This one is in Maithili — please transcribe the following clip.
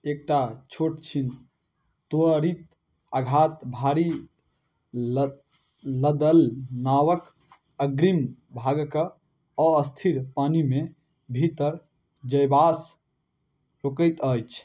एकटा छोटछिन त्वरित आघात भारी लद लदल नावके अग्रिम भागके अस्थिर पानीमे भीतर जएबासँ रोकैत अछि